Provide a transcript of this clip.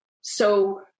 So-